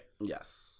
yes